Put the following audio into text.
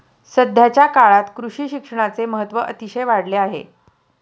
सध्याच्या काळात कृषी शिक्षणाचे महत्त्व अतिशय वाढले आहे